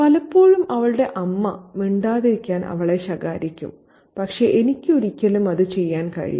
പലപ്പോഴും അവളുടെ അമ്മ മിണ്ടാതിരിക്കാൻ അവളെ ശകാരിക്കും പക്ഷേ എനിക്കൊരിക്കലും അത് ചെയ്യാൻ കഴിയില്ല